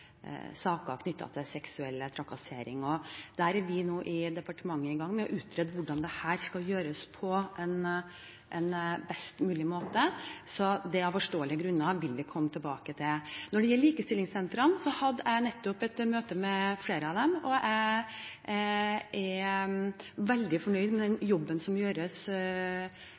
saker knyttet til seksuell trakassering. Vi i departementet er nå i gang med å utrede hvordan dette skal gjøres på en best mulig måte, så det vil vi av forståelige grunner komme tilbake til. Når det gjelder likestillingssentrene, hadde jeg nettopp et møte med flere av dem, og jeg er veldig fornøyd med den jobben som gjøres